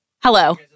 Hello